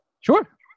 Sure